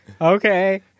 Okay